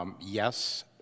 Yes